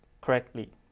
correctly